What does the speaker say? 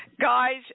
guys